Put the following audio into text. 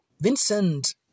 Vincent